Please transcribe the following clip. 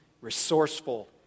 resourceful